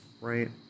right